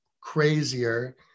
crazier